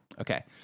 Okay